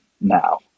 now